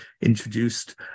introduced